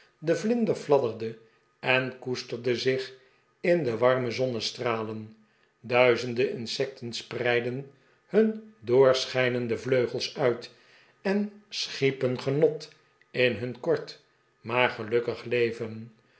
de vlinder fladderde en koesterde zich in de warme zonnestralen duizenden insecten spreidden hun doorschijnende vleugels uit en schiepen genot in hun kort maar gelukkig leven